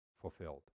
fulfilled